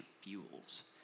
fuels